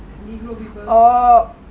oh